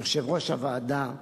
יושב-ראש הוועדה,